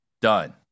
done